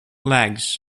legs